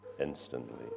instantly